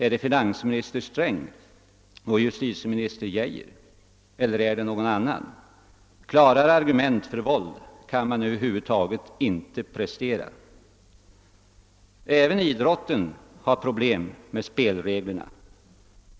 Är det finansminister Sträng och justitieminister Geijer eller är det några andra? Klarare argument för våld kan över huvud taget inte presteras. Även idrotten har problem med spelreglerna.